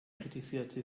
kritisierte